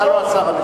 אתה לא השר המשיב.